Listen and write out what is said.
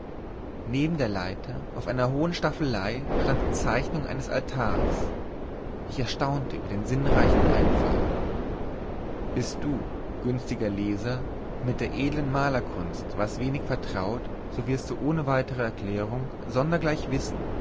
neben der leiter auf einer hohen staffelei stand die zeichnung eines altars ich erstaunte über den sinnreichen einfall bist du günstiger leser mit der edlen malerkunst was weniges vertraut so wirst du ohne weitere erklärung sogleich wissen